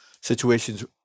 situations